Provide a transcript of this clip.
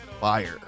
Fire